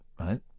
right